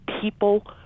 people